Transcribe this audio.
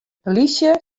polysje